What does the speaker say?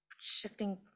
shifting